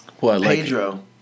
Pedro